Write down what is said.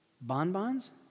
Bonbons